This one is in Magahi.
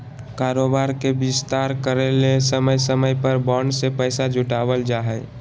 कारोबार के विस्तार करय ले समय समय पर बॉन्ड से पैसा जुटावल जा हइ